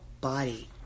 body